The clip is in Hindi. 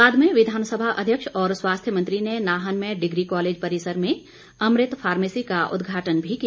बाद में विधानसभा अध्यक्ष और स्वास्थ्य मंत्री ने नाहन में डिग्री कॉलेज परिसर में अमृत फारमेसी का उद्घाटन भी किया